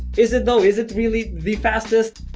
is it though is it really the fastest.